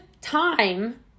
time